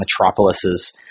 metropolises